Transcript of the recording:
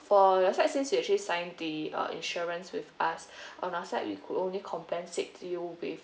for your side since you actually signed the uh insurance with us on our side we could only compensate you with